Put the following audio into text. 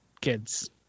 kids